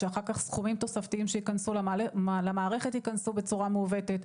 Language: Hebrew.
שאחר כך סכומים תוספתיים שייכנסו למערכת ייכנסו בצורה מעוותת.